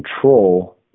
control